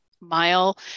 mile